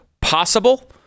possible